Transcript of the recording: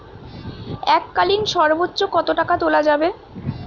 এককালীন সর্বোচ্চ কত টাকা তোলা যাবে?